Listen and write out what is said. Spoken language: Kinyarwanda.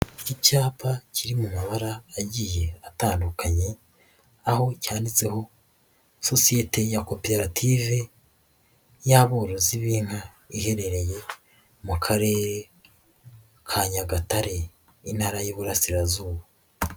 Icyapa kiri mu mabara agiye atandukanye aho cyanditseho sosiyete ya koperative y'aborozi b'inka iherereye mu karere ka Nyagatare, Intara y'Iburarasirazuba.